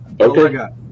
okay